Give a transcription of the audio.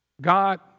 God